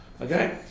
Okay